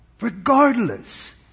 Regardless